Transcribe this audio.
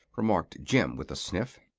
remarked jim, with a sniff.